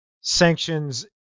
sanctions